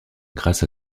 grâce